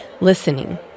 listening